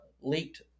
leaked